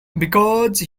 because